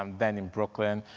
um then in brooklyn,